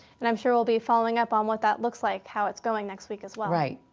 and i'm sure we'll be following up on what that looks like, how it's going next week as well. right.